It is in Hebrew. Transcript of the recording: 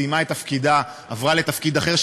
וסיימה את תפקידה ועברה לתפקיד אחר,